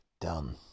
done